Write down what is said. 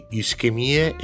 ischemie